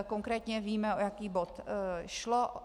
Konkrétně víme, o jaký bod šlo.